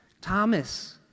Thomas